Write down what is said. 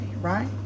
right